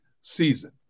season